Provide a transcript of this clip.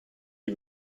die